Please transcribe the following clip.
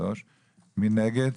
מי נגד?